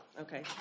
Okay